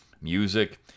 music